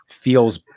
feels